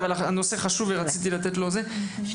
אבל הנושא חשוב ורציתי לתת לו ---.